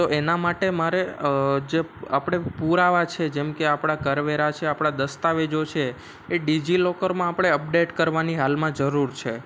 તો એના માટે મારે જે આપણે પુરાવા છે જેમ કે આપણા કરવેરા છે આપણા દસ્તાવેજો છે એ ડિઝિલોકરમાં આપણે અપડેટ કરવાની હાલમાં જરૂર છે